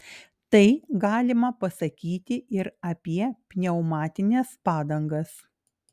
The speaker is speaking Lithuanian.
tai galima pasakyti ir apie pneumatines padangas